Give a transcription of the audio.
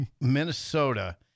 Minnesota